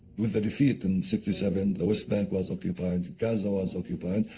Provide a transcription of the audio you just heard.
with the defeat in sixty seven, the west bank was occupied, gaza was occupied,